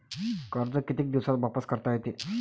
कर्ज कितीक दिवसात वापस करता येते?